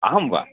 अहं वा